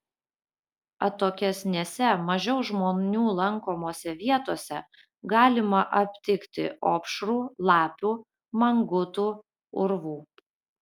atokesnėse mažiau žmonių lankomose vietose galima aptikti opšrų lapių mangutų urvų